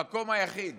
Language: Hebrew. המקום היחיד